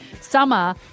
Summer